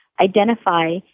identify